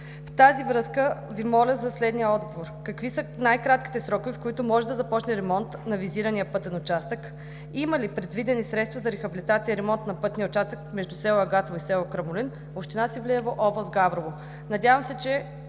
В тази връзка Ви моля за отговор: какви са най-кратките срокове, в които може да започне ремонт на визирания пътен участък? Има ли предвидени средства за рехабилитация и ремонт на пътния участък между село Агатово и село Крамолин, община Севлиево, област Габрово? Надявам се, че